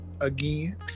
again